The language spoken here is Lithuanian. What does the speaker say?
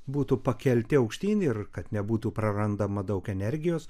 būtų pakelti aukštyn ir kad nebūtų prarandama daug energijos